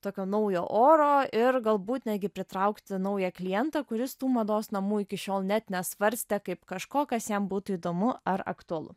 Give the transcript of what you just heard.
tokio naujo oro ir galbūt netgi pritraukti naują klientą kuris tų mados namų iki šiol net nesvarstė kaip kažko kas jam būtų įdomu ar aktualu